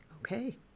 Okay